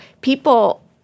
People